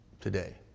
today